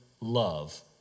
love